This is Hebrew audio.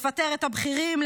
לפטר את הבכירים,